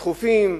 דחופים,